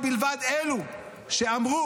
מלבד אלו שאמרו,